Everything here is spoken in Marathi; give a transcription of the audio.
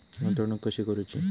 गुंतवणूक कशी करूची?